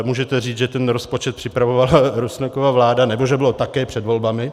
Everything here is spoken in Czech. Můžete říci, že ten rozpočet připravovala Rusnokova vláda nebo že bylo také před volbami.